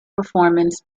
performance